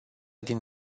din